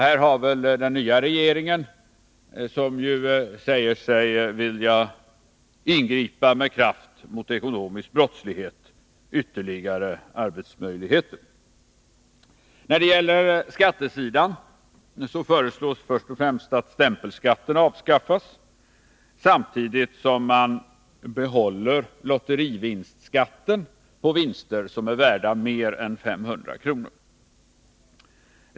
Den nya regeringen, som ju säger sig vilja ingripa med kraft mot ekonomisk brottslighet, har här möjlighet att göra ytterligare insatser, På skattesidan föreslås först och främst att stämpelskatten skall avskaffas, samtidigt som man behåller lotterivinstskatten på vinster som är värda mer än 500 kr.